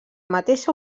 mateixa